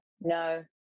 No